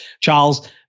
Charles